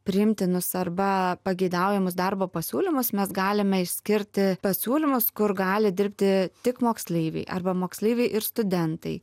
priimtinus arba pageidaujamus darbo pasiūlymus mes galime išskirti pasiūlymus kur gali dirbti tik moksleiviai arba moksleiviai ir studentai